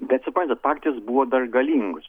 bet suprantat partijos buvo dar galingos